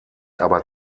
aber